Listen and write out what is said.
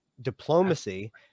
diplomacy